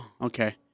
Okay